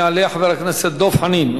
יעלה חבר הכנסת דב חנין,